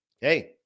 Hey